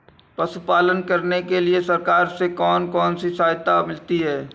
पशु पालन करने के लिए सरकार से कौन कौन सी सहायता मिलती है